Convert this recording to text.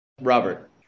Robert